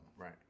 right